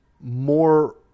more